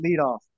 leadoff